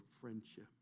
friendship